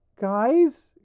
Guys